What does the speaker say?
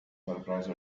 surprised